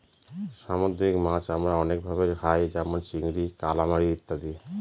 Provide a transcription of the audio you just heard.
সামুদ্রিক মাছ আমরা অনেক ভাবে খায় যেমন চিংড়ি, কালামারী ইত্যাদি